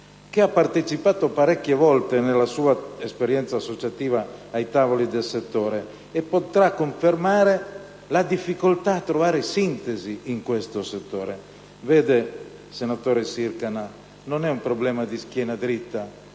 che ha partecipato parecchie volte, nella sua esperienza associativa, ai tavoli del settore, e potrà confermare la difficoltà a trovare sintesi in questo comparto. Vede, senatore Sircana, non è un problema di schiena dritta.